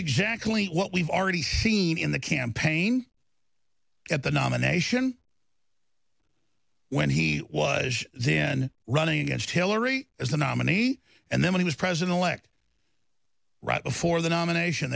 exactly what we've already seen in the campaign at the nomination when he was then running against hillary as the nominee and then he was president elect right before the nomination